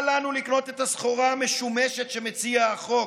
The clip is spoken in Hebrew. אל לנו לקנות את הסחורה המשומשת שמציע החוק,